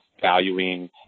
valuing